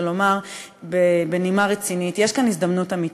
לומר בנימה רצינית: יש כאן הזדמנות אמיתית,